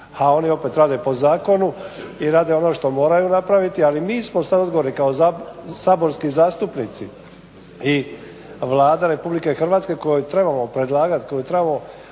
a oni opet rade po zakonu i rade ono što moraju napraviti. Ali mi smo sad odgovorni kao saborski zastupnici i Vlada RH koju trebamo predlagati, koju trebamo